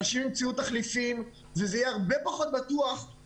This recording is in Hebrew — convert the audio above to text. אנשים ימצאו תחליפים וזה יהיה הרבה פחות בטוח.